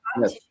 yes